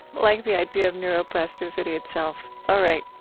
like the idea of neuroplasticity itself. all right.